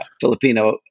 Filipino